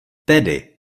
tedy